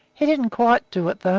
he didn't quite do it,